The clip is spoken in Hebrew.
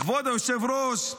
כבוד היושב-ראש,